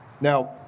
Now